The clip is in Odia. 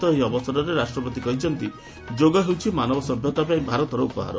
ଏହି ଅବସରରେ ରାଷ୍ଟପତି କହିଛନ୍ତି ଯୋଗ ହେଉଛି ମାନବ ସଭ୍ୟତା ପାଇଁ ଭାରତର ଉପହାର